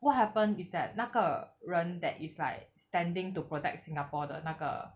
what happened is that 那个人 that is like standing to protect singapore 的那个